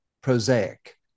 prosaic